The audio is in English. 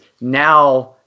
now